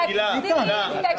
תקציב, תקציב.